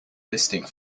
listing